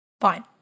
Fine